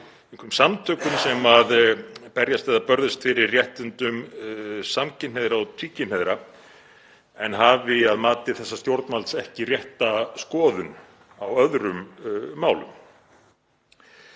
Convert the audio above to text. einhverjum samtökum sem berjast eða börðust fyrir réttindum samkynhneigðra og tvíkynhneigðra en hafi að mati þessa stjórnvalds ekki rétta skoðun á öðrum málum.